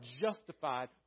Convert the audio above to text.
justified